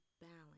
balance